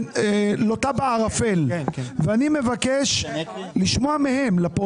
לא עכשיו, ב-2024 כשזה יגיע בתקציב.